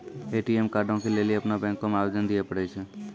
ATM कार्डो के लेली अपनो बैंको मे आवेदन दिये पड़ै छै